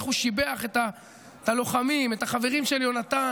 איך הוא שיבח את הלוחמים, את החברים של יונתן.